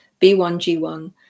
B1G1